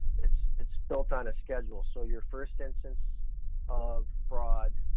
it's it's built on a schedule. so your first instance of fraud